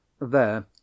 There